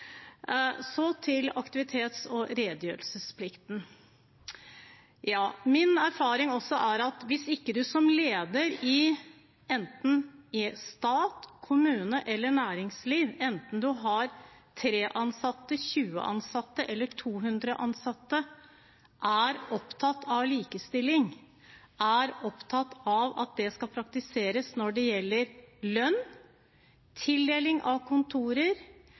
Så til aktivitets- og redegjørelsesplikten. Min erfaring er også at hvis du som leder i stat, kommune eller næringsliv, enten du har tre ansatte, 20 ansatte eller 200 ansatte, ikke er opptatt av likestilling, ikke er opptatt av at det skal praktiseres når det gjelder lønn, tildeling av kontorer